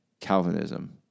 Calvinism